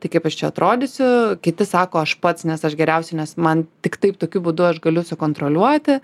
tai kaip aš čia atrodysiu kiti sako aš pats nes aš geriausiai nes man tik taip tokiu būdu aš galiu sukontroliuoti